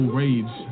rage